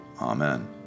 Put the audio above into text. Amen